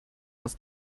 aus